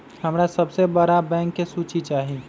हमरा सबसे बड़ बैंक के सूची चाहि